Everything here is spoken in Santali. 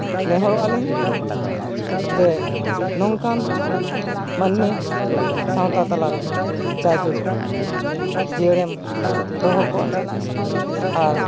ᱱᱮᱦᱚᱨᱚᱜᱼᱟ ᱞᱤᱧ ᱡᱮ ᱱᱚᱝᱠᱟᱱ ᱢᱟᱹᱱᱢᱤ ᱥᱟᱶᱛᱟ ᱛᱟᱞᱟᱨᱮ ᱡᱟᱭᱡᱩᱜᱽ ᱡᱤᱭᱟᱹᱲᱮᱢ ᱫᱚᱦᱚ ᱠᱚᱣᱟ ᱟᱨ